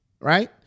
right